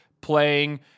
playing